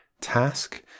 task